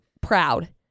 proud